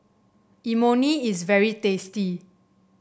imoni is very tasty